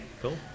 Cool